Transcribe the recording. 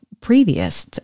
previous